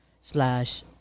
slash